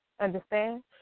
Understand